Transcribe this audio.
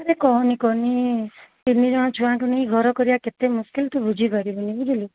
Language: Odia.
ଆରେ କହନି କହନି ତିନିଜଣ ଛୁଆଙ୍କୁ ନେଇ ଘର କରିବା କେତେ ମୁସ୍କିଲ ତୁ ବୁଝିପାରିବୁନି ବୁଝିଲୁ